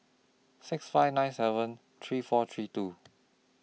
six five nine seven three four three two